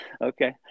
okay